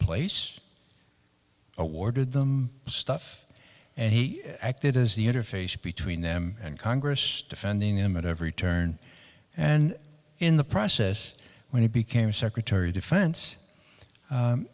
place awarded them stuff and he acted as the interface between them and congress defending him at every turn and in the process when he became secretary of defense